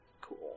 Cool